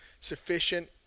Sufficient